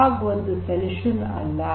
fog ಒಂದು ಪರಿಹಾರ ಅಲ್ಲ